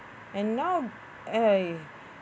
and now eh